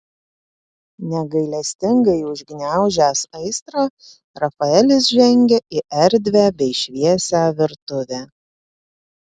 negailestingai užgniaužęs aistrą rafaelis žengė į erdvią bei šviesią virtuvę